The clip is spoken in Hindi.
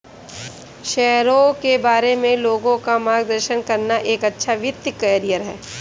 शेयरों के बारे में लोगों का मार्गदर्शन करना एक अच्छा वित्तीय करियर है